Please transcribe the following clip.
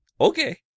okay